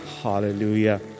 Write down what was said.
Hallelujah